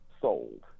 sold